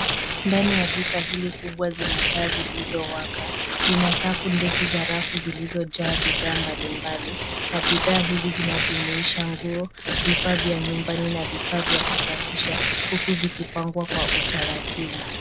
Ndani ya duka hili kubwa zina taa zilizowaka, lina safu ndefu za rafu zilizojaa bidhaa mbalimbali na bidhaa hizi zinajumuisha nguo, vifaa vya nyumbani na vifaa vya kusafisha huku vikipangwa kwa utaratibu.